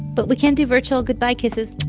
but we can do virtual goodbye kisses.